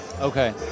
Okay